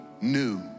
new